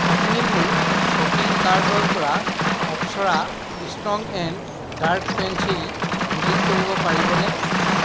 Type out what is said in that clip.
আপুনি মোৰ শ্বপিং কাৰ্টৰ পৰা Apsara strong and dark pencil delete কৰিব পাৰিবনে